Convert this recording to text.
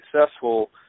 successful